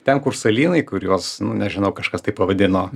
ten kur salynai kur juos nu nežinau kažkas taip pavadino